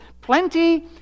plenty